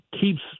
keeps